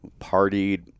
Partied